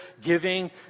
Giving